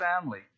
family